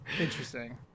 Interesting